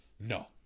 No